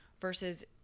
versus